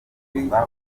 koroshya